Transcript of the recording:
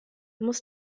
muss